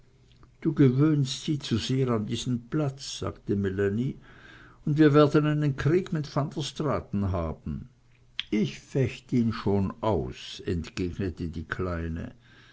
du gewöhnst sie zu sehr an diesen platz sagte melanie und wir werden einen krieg mit van der straaten haben ich fecht ihn schon aus entgegnete die kleine